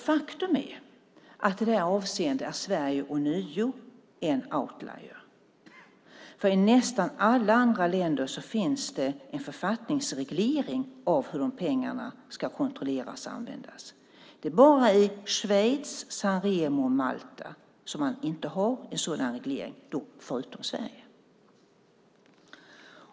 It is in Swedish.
Faktum är att i det avseendet är Sverige ånyo en outlier . I nästan alla andra länder finns det en författningsreglering av hur dessa pengar ska kontrolleras och användas. Det är bara i Schweiz, San Remo och Malta som man inte har en sådan reglering, förutom Sverige.